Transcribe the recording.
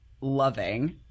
loving